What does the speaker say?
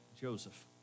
Joseph